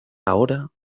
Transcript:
ahora